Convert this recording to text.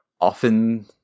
often